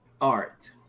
art